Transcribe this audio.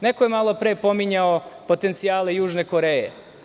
Neko je malopre pominjao potencijale južne Koreje.